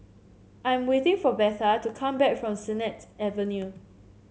I'm waiting for Betha to come back from Sennett Avenue